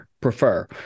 prefer